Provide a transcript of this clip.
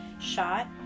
shot